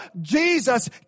Jesus